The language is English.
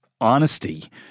honesty